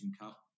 Cup